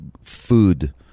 food